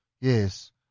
Yes